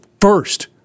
first